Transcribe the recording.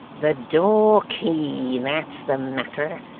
the door-key that's the matter.